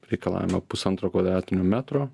reikalavimą pusantro kvadratinio metro